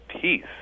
peace